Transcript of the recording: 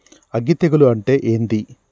అగ్గి తెగులు అంటే ఏంది?